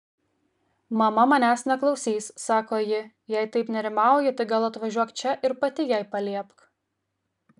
mama manęs neklausys sako ji jei taip nerimauji tai gal atvažiuok čia ir pati jai paliepk